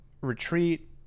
retreat